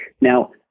Now